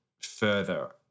further